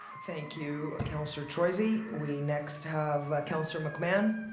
thank you, councillor troisi. we next have councillor mcmahon.